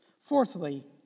Fourthly